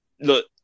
look